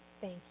Thank